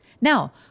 Now